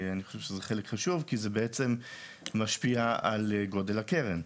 אני חושב שזה חלק חשוב כי זה בעצם משפיע על גודל הקרן.